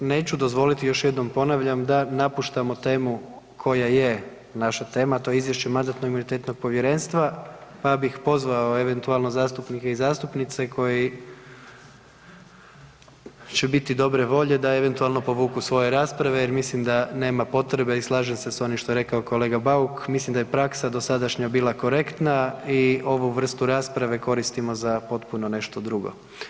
Neću dozvoliti, još jednom ponavljam da napuštamo temu koja je naša tema, a to je izvješće MIP-a, pa bih pozvao eventualno zastupnike i zastupnice koji će biti dobre volje da eventualno povuku svoje rasprave jer mislim da nema potrebe i slažem se s onim što je rekao kolega Bauk, mislim da je praksa dosadašnja bila korektna i ovu vrstu rasprave koristimo za potpuno nešto drugo.